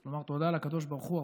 נאמר תודה לקדוש ברוך הוא,